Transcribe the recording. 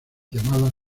llamadas